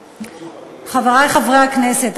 חברי חברי הכנסת,